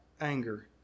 anger